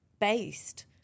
based